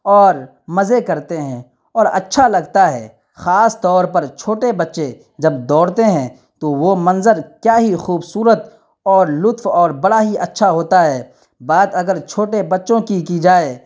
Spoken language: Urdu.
اور مزے کرتے ہیں اور اچھا لگتا ہے خاص طور پر چھوٹے بچے جب دوڑتے ہیں تو وہ منظر کیا ہی خوبصورت اور لطف اور بڑا ہی اچھا ہوتا ہے بات اگر چھوٹے بچوں کی کی جائے